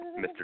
Mr